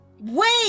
Wait